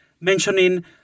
mentioning